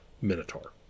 Minotaur